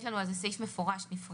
יש לנו על זה סעיף מפורש נפרד,